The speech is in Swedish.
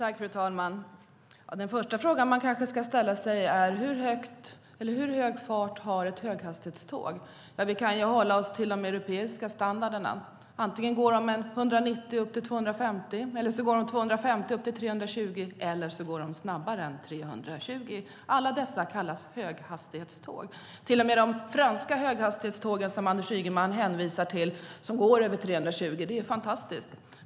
Fru talman! Den första fråga man ska ställa sig är: Hur hög fart har ett höghastighetståg? Vi kan hålla oss till europeisk standard. Antingen går de i 190-250 eller så går de i 250-320 eller så går de snabbare än 320. Alla dessa tåg kallas höghastighetståg. De franska höghastighetstågen, som Anders Ygeman hänvisar till, går i över 320, vilket är fantastiskt.